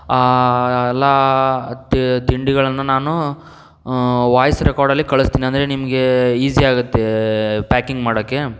ಎಲ್ಲ ತಿಂಡಿಗಳನ್ನು ನಾನು ವಾಯ್ಸ್ ರೆಕಾರ್ಡಲ್ಲಿ ಕಳಿಸ್ತೀನಿ ಅಂದರೆ ನಿಮಗೆ ಈಸಿಯಾಗುತ್ತೆ ಪ್ಯಾಕಿಂಗ್ ಮಾಡೋಕ್ಕೆ